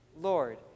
Lord